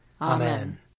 Amen